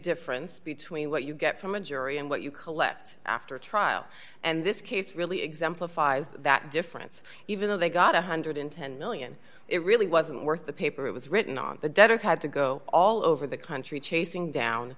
difference between what you get from a jury and what you collect after a trial and this case really exemplifies that difference even though i got one hundred and ten million it really wasn't worth the paper it was written on the debtors had to go all over the country chasing down